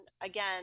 again